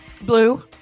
Blue